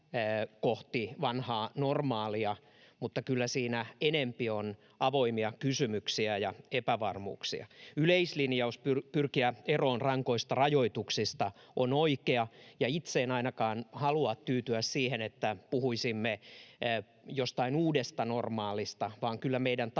kohti vanhaa normaalia, mutta kyllä siinä enempi on avoimia kysymyksiä ja epävarmuuksia. Yleislinjaus pyrkiä eroon rankoista rajoituksista on oikea, ja ainakaan itse en halua tyytyä siihen, että puhuisimme jostain uudesta normaalista, vaan kyllä meidän tavoitteenamme